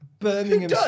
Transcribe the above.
Birmingham